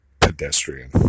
pedestrian